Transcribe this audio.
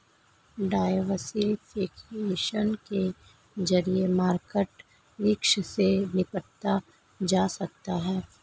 diversification के जरिए market risk से निपटा जा सकता है